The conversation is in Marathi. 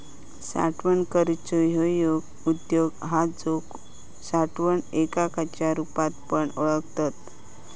साठवण करूची ह्यो एक उद्योग हा जो साठवण एककाच्या रुपात पण ओळखतत